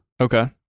Okay